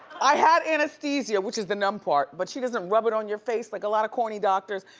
i had anesthesia, which is the numb part, but she doesn't rub it on your face like a lotta corny doctors,